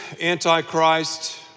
Antichrist